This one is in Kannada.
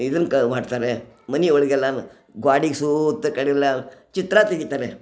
ಇದನ್ಕ ಮಾಡ್ತಾರೆ ಮನೆಯೊಳಗೆಲ್ಲನು ಗೋಡೆಗ ಸೂತ್ತ ಕಡೆಲ್ಲ ಚಿತ್ರ ತೆಗಿತಾರೆ